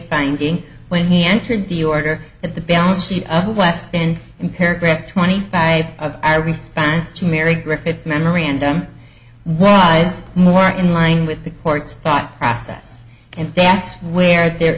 finding when he entered the order of the balance sheet of the westin in paragraph twenty five of our response to mary griffiths memorandum was more in line with the court's thought process and that's where there